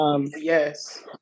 yes